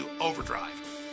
overdrive